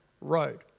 road